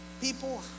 people